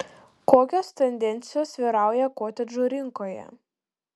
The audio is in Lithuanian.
kokios tendencijos vyrauja kotedžų rinkoje